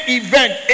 event